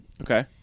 Okay